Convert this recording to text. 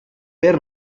per